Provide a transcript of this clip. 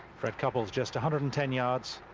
fred couples just a hundred and ten yards.